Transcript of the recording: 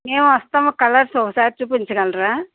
మేము వస్తాము కలర్స్ ఒకసారి చూపించగలరా